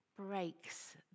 Breaks